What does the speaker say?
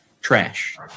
trash